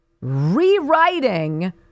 Rewriting